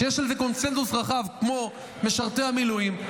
שיש על זה קונסנזוס רחב כמו משרתי המילואים,